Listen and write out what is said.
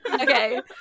Okay